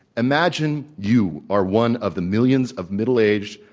imagine you are one of the millions of middle-aged,